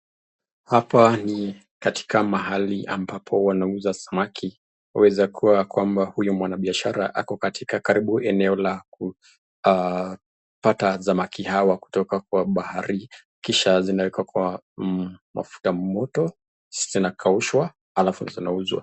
Hapa ni katika mahali ambapo wanauza samaki hueza kuwa huyu mwanabiashara ako katika karibu eneo la kupata samaki hawa kutoka baharini kisha zinawekwa kwa mafuta moto, zinakaushwa alafu zinauzwa.